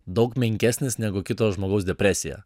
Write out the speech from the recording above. daug menkesnis negu kito žmogaus depresija